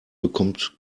bekommt